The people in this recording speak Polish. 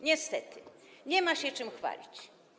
Niestety nie ma się czym chwalić.